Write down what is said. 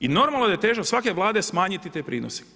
I normalno da je težnja svake vlade smanjiti te prinose.